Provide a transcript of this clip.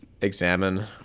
examine